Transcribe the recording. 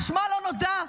ששמה לא נודע,